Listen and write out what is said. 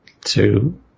two